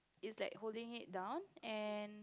is like holding it down and